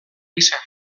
gisa